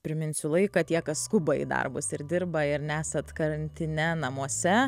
priminsiu laiką tie kas skuba į darbus ir dirba ir nesat karantine namuose